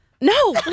No